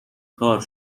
کار